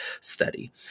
study